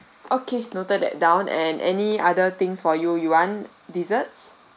okay noted that down and any other things for you you want desserts